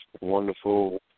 wonderful